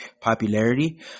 popularity